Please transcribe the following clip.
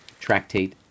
Tractate